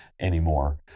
anymore